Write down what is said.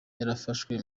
yarafashwe